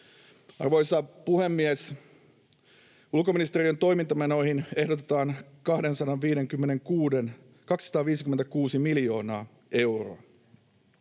Arvoisa puhemies! Ulkoministeriön toimintamenoihin ehdotetaan 256 miljoonaa euroa.